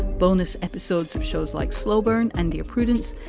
bonus episodes of shows like slow burn and dear prudence.